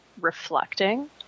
reflecting